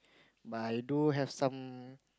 but I do have some